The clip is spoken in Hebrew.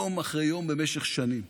יום אחרי יום במשך שנים,